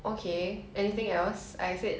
日本餐